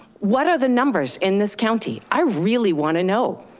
what are the numbers in this county? i really wanna know.